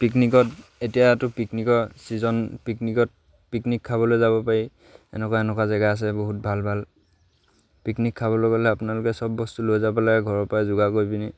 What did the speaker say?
পিকনিকত এতিয়াতো পিকনিকৰ ছিজন পিকনিকত পিকনিক খাবলৈ যাব পাৰি এনেকুৱা এনেকুৱা জেগা আছে বহুত ভাল ভাল পিকনিক খাবলৈ গ'লে আপোনালোকে চব বস্তু লৈ যাব লাগে ঘৰৰপৰাই যোগাৰ কৰি পিনি